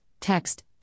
Text